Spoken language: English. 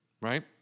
right